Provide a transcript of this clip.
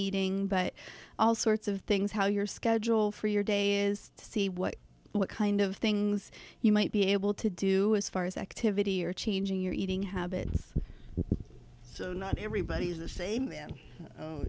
eating but all sorts of things how your schedule for your day is to see what what kind of things you might be able to do as far as activity or changing your eating habits so not everybody is the same then